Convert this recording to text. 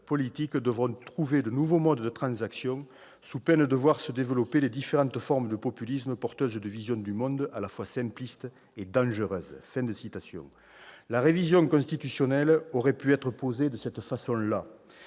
politiques devront trouver de nouveaux modes de transaction sous peine de voir se développer les différentes formes de populisme porteuses de visions du monde à la fois simplistes et dangereuses. » La révision constitutionnelle aurait pu être posée en ces termes.